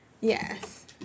Yes